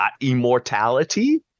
immortality